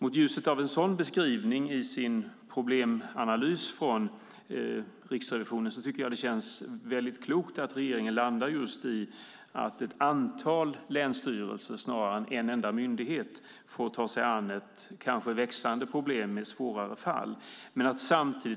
I ljuset av en sådan beskrivning i Riksrevisionens problemanalys tycker jag att det känns mycket klokt att regeringen landar i att ett antal länsstyrelser, snarare än en enda myndighet, får ta sig an ett kanske växande problem med svårare fall.